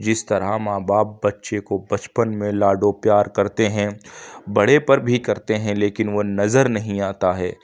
جس طرح ماں باپ بچے کو بچپن میں لاڈ و پیار کرتے ہیں بڑے پر بھی کرتے ہیں لیکن وہ نظر نہیں آتا ہے